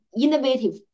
innovative